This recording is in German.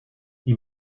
die